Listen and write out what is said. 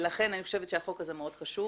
לכן, אני חושבת שהחוק מאוד חשוב.